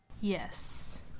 Yes